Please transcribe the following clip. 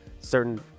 certain